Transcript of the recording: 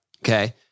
okay